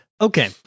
Okay